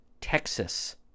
Texas